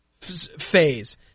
phase